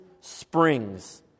springs